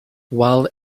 while